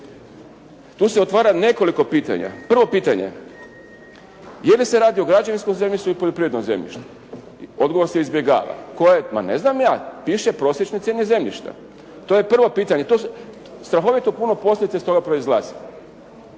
Tu se otvara nekoliko pitanja. Prvo pitanje: je li se radi o građevinskom zemljištu ili poljoprivrednom zemljištu? Odgovor se izbjegava. Koja, pa ne znam ja. Piše prosječne cijene zemljišta. To je prvo pitanje. To se, strahovito puno posljedica iz toga proizlazi.